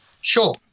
sure